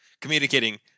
Communicating